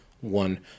One